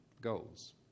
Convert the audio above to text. goals